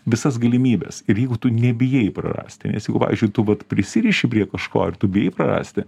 visas galimybes ir jeigu tu nebijai prarasti nes jeigu pavyzdžiui tu vat prisiriši prie kažko ar tu bijai prarasti